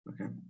okay